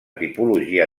tipologia